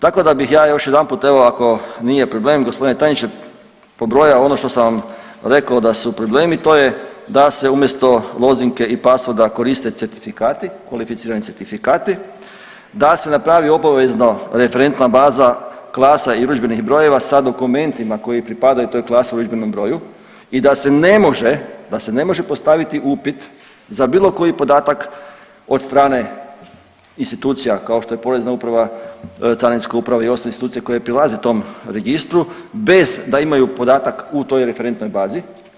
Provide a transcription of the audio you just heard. Tako da bih ja još jedanput, evo, ako nije problem, g. tajniče, pobrojao ono što sam vam rekao da su problemi, to je da se umjesto lozinke i passworda koriste certifikati, kvalificirani certifikati, da se napravi obavezno referentna baza klasa i urudžbenih brojeva sa dokumentima koji pripadaju toj klasi i ur. broju i da se ne može, da se ne može postaviti upit za bilo koji podatak od strane institucija, kao što je Porezna uprava, Carinska uprava i ostale institucije koje prilaze tom Registru bez da imaju podatak u toj referentnoj bazi.